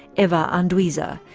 eva anduiza.